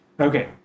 Okay